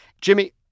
Jimmy